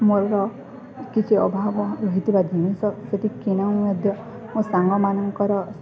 ମୋର କିଛି ଅଭାବ ରହିଥିବା ଜିନିଷ ସେଠି କିଣି ମଧ୍ୟ ମୋ ସାଙ୍ଗମାନଙ୍କର